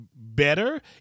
Better